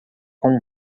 com